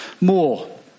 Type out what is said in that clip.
more